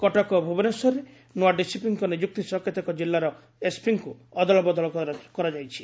କଟକ ଓ ଭୁବନେଶ୍ୱରରେ ନୂଆ ଡିସିପିଙ୍କ ନିଯୁକ୍ତି ସହ କେତେକ ଜିଲ୍ଲାର ଏସପିଙ୍କୁ ଅଦଳବଦଳ କରାଯାଇଛି